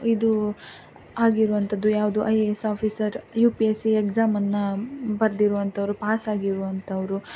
ಇದು ಆಗಿರುವಂಥದ್ದು ಯಾವುದು I A S officer U P S C ಎಕ್ಸಾಮನ್ನು ಬರೆದಿರುವಂಥವ್ರು ಪಾಸಾಗಿ ಇರುವಂಥವ್ರು